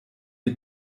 wir